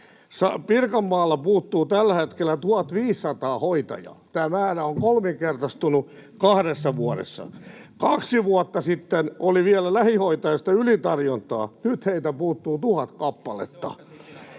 Pirkanmaalta puuttuu tällä hetkellä 1 500 hoitajaa. Tämä määrä on kolminkertaistunut kahdessa vuodessa. Kaksi vuotta sitten oli vielä lähihoitajista ylitarjontaa, ja nyt heitä puuttuu tuhat kappaletta.